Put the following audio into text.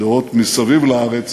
גדרות מסביב לארץ